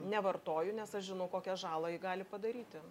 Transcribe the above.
nevartoju nes aš žinau kokią žalą ji gali padaryti